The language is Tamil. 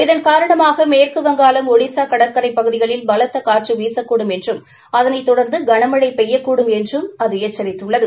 இதன் காரணமாக மேற்கு வங்காளம் ஒடிஸா கடற்கரை பகுதிகளில் பலத்த காற்று வீசக்கூடும் என்றம் அதளைத் தொடர்ந்து கனமழை பெய்யக்கூடும் என்றும் அது எச்சித்துள்ளது